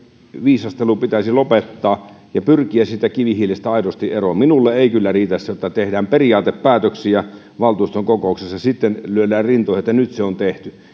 viisastelu pitäisi lopettaa ja pyrkiä siitä kivihiilestä aidosti eroon minulle ei kyllä riitä se että tehdään periaatepäätöksiä valtuuston kokouksissa ja sitten lyödään rintoihin että nyt se on tehty